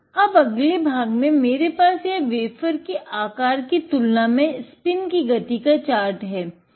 अब अगले भाग में मेरे पास यह वेफ़र के आकार कि तुलना में स्पिन कि गति का चार्ट है